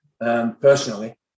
personally